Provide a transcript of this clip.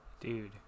Dude